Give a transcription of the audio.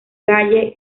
calle